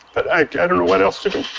but i don't know what else to